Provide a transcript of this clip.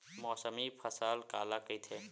मौसमी फसल काला कइथे?